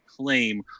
claim